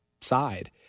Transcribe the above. side